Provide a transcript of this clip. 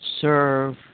serve